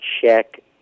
check